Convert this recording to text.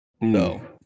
no